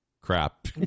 crap